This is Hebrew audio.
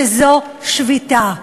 שזה שביתה.